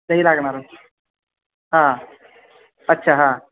दही लागणार हां अच्छा हां